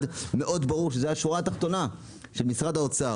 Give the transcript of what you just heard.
שזו השורה התחתונה של משרד האוצר,